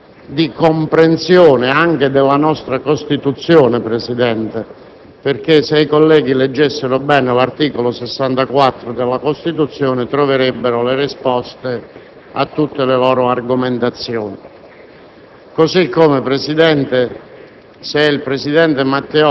e, se mi consentono i colleghi dell'opposizione, di comprensione anche della nostra Costituzione. Se i colleghi leggessero bene l'articolo 64 della Costituzione troverebbero le risposte a tutte le loro argomentazioni.